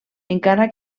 encara